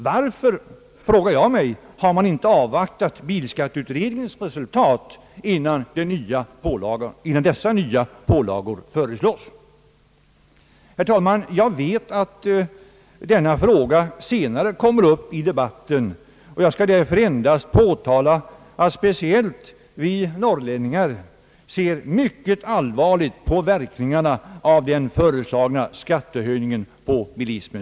Varför har man inte avvaktat bilskatteutredningens resultat innan dessa nya pålagor föreslås? Jag vet att denna fråga senare kommer upp i debatten och vill därför endast påtala att speciellt vi norrlänningar ser mycket allvarligt på verkningarna av den föreslagna skattehöjningen på bilismen.